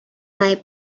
might